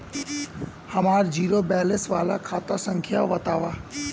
हमार zero balance वाला खाता संख्या वतावा?